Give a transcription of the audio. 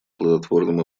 плодотворным